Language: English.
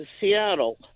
Seattle